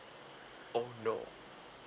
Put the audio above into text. oh no